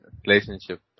relationship